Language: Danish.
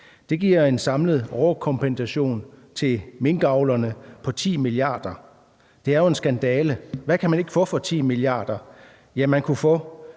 Det giver en samlet overkompensation til minkavlerne på 10 mia. kr., og det er jo en skandale. Hvad kan man ikke få for 10 mia. kr.? Ja, man kunne nå